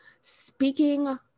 speaking